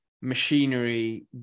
machinery